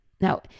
Now